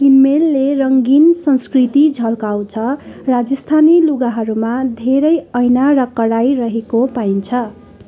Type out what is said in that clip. किनमेलले रङ्गीन संस्कृति झल्काउँछ राजस्थानी लुगाहरूमा धेरै ऐना र कढाई रहेको पाइन्छ